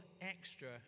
extra